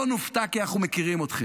לא נופתע, כי אנחנו מכירים אתכם.